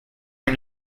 are